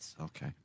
Okay